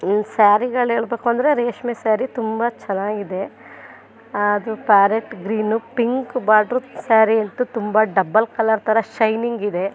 ಇನ್ನು ಸ್ಯಾರಿಗಳು ಹೇಳ್ಬೇಕು ಅಂದರೆ ರೇಷ್ಮೆ ಸ್ಯಾರಿ ತುಂಬ ಚೆನ್ನಾಗಿದೆ ಅದು ಪ್ಯಾರೆಟ್ ಗ್ರೀನು ಪಿಂಕ್ ಬಾರ್ಡ್ರದ್ದು ಸ್ಯಾರಿ ಅಂತು ತುಂಬ ಡಬಲ್ ಕಲ್ಲರ್ ಥರ ಶೈನಿಂಗ್ ಇದೆ